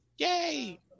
Yay